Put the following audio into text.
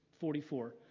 44